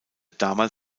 damit